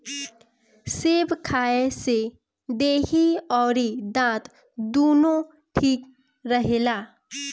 सेब खाए से देहि अउरी दांत दूनो ठीक रहेला